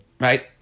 right